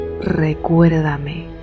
recuérdame